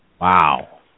Wow